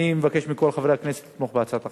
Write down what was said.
אני מבקש מכל חברי הכנסת לתמוך בהצעת החוק.